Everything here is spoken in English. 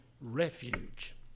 refuge